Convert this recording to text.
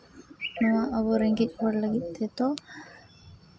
ᱱᱚᱣᱟ ᱟᱵᱚ ᱨᱮᱸᱜᱮᱡ ᱦᱚᱲ ᱞᱟᱹᱜᱤᱫ ᱛᱮᱫᱚ